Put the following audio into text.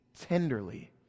tenderly